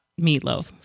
meatloaf